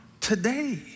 today